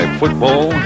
football